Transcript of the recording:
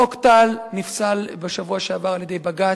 חוק טל נפסל בשבוע שעבר על-ידי בג"ץ.